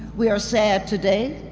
we are sad today,